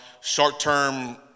short-term